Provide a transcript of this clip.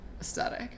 aesthetic